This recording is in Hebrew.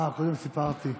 קודם סיפרתי.